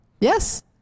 Yes